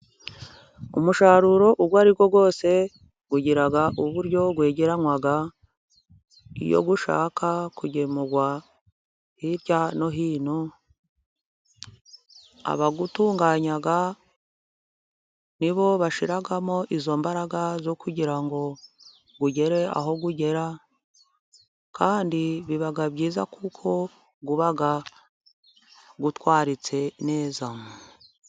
Umusaruro uwo ari wo wose ugira uburyo wegereranywa, iyo ushaka kugemurwa hirya no hino abawutunganya ni bo bashyiramo izo mbaraga, zo kugira ngo ugere aho ugera kandi biba byiza kuko uba utwaritse neza.